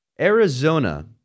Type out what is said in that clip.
Arizona